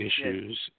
issues